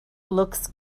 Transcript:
looks